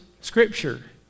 Scripture